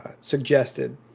suggested